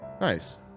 Nice